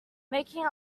making